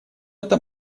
это